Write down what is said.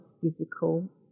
physical